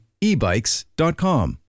ebikes.com